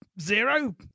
zero